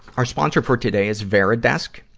our sponsor for today is varidesk.